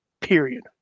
Period